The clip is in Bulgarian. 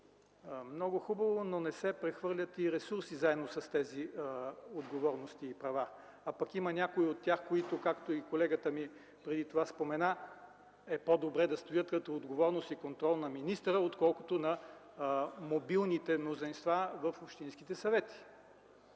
Много хубаво, но не се прехвърлят и ресурси, заедно с тези отговорности и права. А пък има някои от тях, които, както и колегата ми преди това спомена, е по добре да стоят като отговорност и контрол на министъра, отколкото на мобилните мнозинства в общинските съвети.